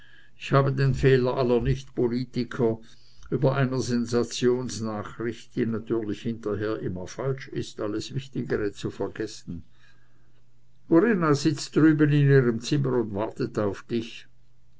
ich habe den fehler aller nicht politiker über einer sensationsnachricht die natürlich hinterher immer falsch ist alles wichtigere zu vergessen corinna sitzt drüben in ihrem zimmer und wartet auf dich